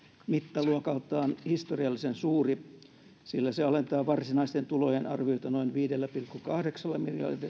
mittaluokaltaan historiallisen suuri sillä se alentaa varsinaisten tulojen arviota noin viidellä pilkku kahdeksalla